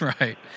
Right